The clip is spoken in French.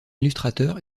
illustrateur